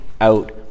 out